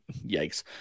yikes